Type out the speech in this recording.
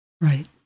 Right